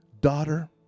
daughter